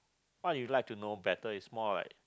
what you would like to know better is more like